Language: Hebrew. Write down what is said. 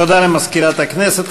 תודה למזכירת הכנסת.